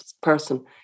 person